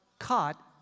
caught